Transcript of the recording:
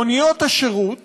מוניות השירות